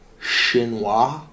Chinois